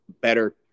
better